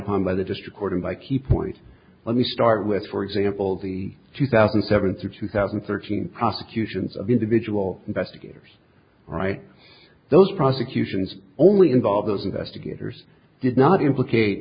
upon by the district court and by key points let me start with for example the two thousand and seven through two thousand and thirteen prosecutions of individual investigators right those prosecutions only involve those investigators did not implicate